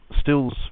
stills